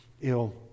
ill